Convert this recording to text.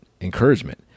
encouragement